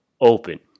open